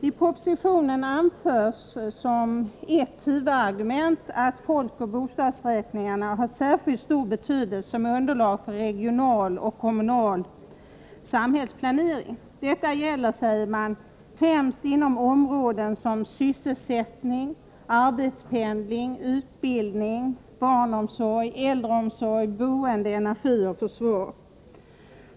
I propositionen anförs som ett huvudargument att folkoch bostadsräkningarna har särskilt stor betydelse som underlag för regional och kommunal samhällsplanering. Detta gäller, säger man, främst inom områden som sysselsättning, arbetspendling, utbildning, barnomsorg, äldreomsorg, boende, energi och försvar.